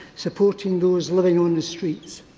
supporting those living on the streets.